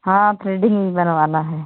हाँ थ्रेडिंग भी बनवाना है